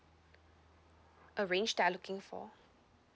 a range that are looking for